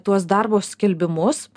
tuos darbo skelbimus